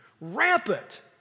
rampant